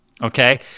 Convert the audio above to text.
Okay